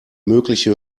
mögliche